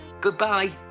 Goodbye